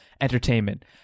Entertainment